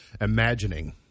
imagining